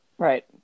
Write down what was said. Right